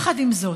עם זאת,